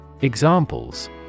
Examples